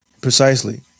Precisely